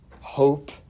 Hope